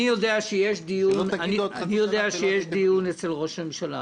אני יודע שיש דיון אצל ראש הממשלה.